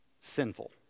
sinful